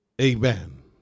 Amen